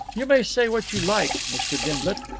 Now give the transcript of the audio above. you may say what you like, mr. gimblet,